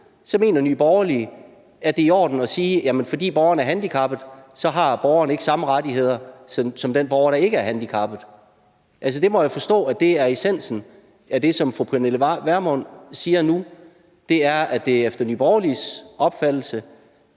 så mener Nye Borgerlige, at det er i orden at sige, at fordi borgeren er handicappet, har borgeren ikke samme rettigheder som den borger, der ikke er handicappet. Jeg må forstå, at essensen af det, som fru Pernille Vermund siger nu, er, at det efter Nye Borgerliges opfattelse